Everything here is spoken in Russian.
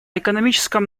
экономическом